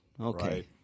Okay